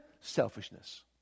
selfishness